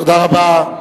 תודה רבה,